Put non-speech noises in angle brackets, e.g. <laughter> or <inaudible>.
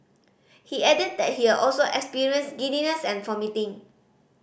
he added that he had also experienced giddiness and <unintelligible>